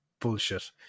bullshit